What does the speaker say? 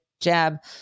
jab